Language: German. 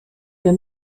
der